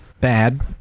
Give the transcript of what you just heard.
Bad